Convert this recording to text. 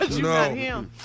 No